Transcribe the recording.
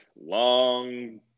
Long